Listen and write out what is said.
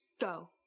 Go